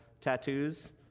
tattoos